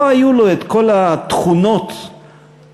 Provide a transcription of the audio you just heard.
לא היו לו כל התכונות הנדרשות,